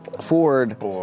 Ford